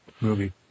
movie